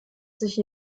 sich